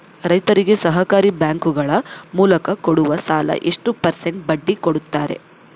ರೈತರಿಗೆ ಸಹಕಾರಿ ಬ್ಯಾಂಕುಗಳ ಮೂಲಕ ಕೊಡುವ ಸಾಲ ಎಷ್ಟು ಪರ್ಸೆಂಟ್ ಬಡ್ಡಿ ಕೊಡುತ್ತಾರೆ?